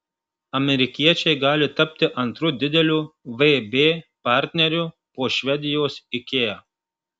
amerikiečiai gali tapti antru dideliu vb partneriu po švedijos ikea